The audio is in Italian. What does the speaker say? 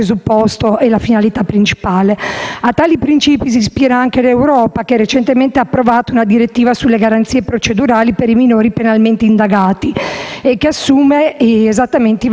A tali principi si ispira anche l'Europa, che recentemente ha approvato una direttiva sulle garanzie procedurali per i minori penalmente indagati, che assume esattamente i valori ai quali si ispira il nostro ordinamento.